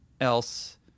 else